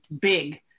big